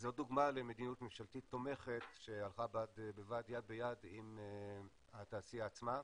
זו דוגמה למדיניות ממשלתית תומכת שהלכה יד ביד עם התעשייה עצמה.